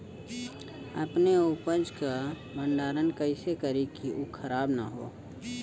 अपने उपज क भंडारन कइसे करीं कि उ खराब न हो?